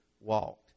walked